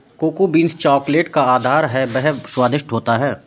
cocoa beans chocolate का आधार है वह बहुत स्वादिष्ट होता है